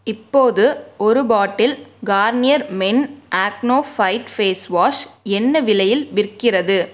இப்போது ஒரு bottle Garnier men acno fight face wash என்ன விலையில் விற்கிறது